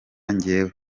njyewe